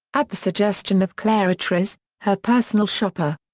at the suggestion of clara treyz, her personal shopper.